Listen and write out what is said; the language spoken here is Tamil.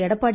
எடப்பாடி